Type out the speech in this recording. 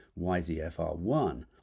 YZF-R1